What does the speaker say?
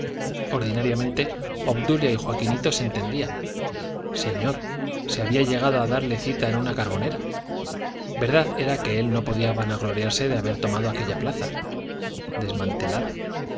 ordinariamente obdulia y joaquinito se entendían señor si había llegado a darle cita en una carbonera verdad era que él no podía vanagloriarse de haber tomado aquella plaza desmantelada